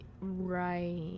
Right